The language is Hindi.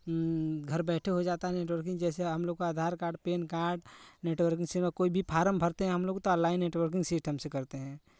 घर बैठे हो जाता है नेटवर्किंग जैसे हमलोग का Aadhaar card PAN card networking सेवा कोई भी फॉर्म भरते हैं हमलोग तो ऑनलाइन नेटवर्किंग सिस्टम से करते हैं